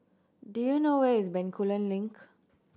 do you know where is Bencoolen Link